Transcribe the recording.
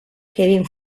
kevin